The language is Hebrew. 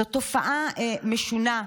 זו תופעה משונה,